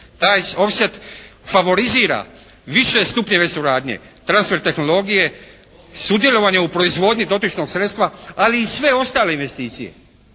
Taj offset favorizira više stupnjeve suradnje, transfer tehnologije, sudjelovanje u proizvodnji dotičnog sredstva ali i sve ostale investicije.